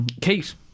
Kate